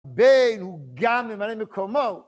והוא גם ממלא מקומו